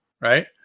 right